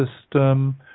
system